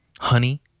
Honey